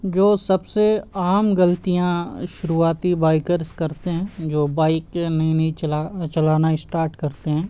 جو سب سے عام غلطیاں شروعاتی بائکرس کرتے ہیں جو بائکیں نئی نئی چلا چلانا اسٹارٹ کرتے ہیں